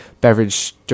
beverage